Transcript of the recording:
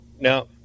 now